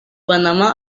panamá